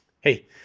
Hey